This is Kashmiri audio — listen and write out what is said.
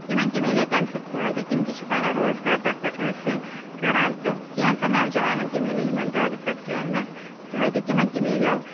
تمن تہِ مِلے تمہِ سۭتۍ فٲیِدٕ تم تہِ چھِ پنُن روزگار تتھ پٮ۪ٹھ حٲصل کران تہٕ کینٛژن نوجوانن تہِ مِلے یمن دۄد فیٚکٹرین منٛز فٲیِدٕ تمن تہِ مِلیو